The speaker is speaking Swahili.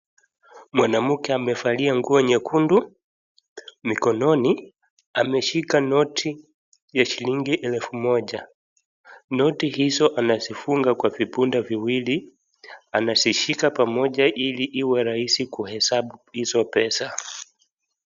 Mwanamke amevalia nguo nyekundu, mikononi ameshika noti ya shilingi elfu moja. Noti hizo anazifunga kwa vibunda viwili anazishika pamoja ili iwe rahisi kuhesabu hizo pesa.